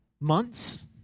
months